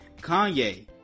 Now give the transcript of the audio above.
Kanye